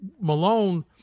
Malone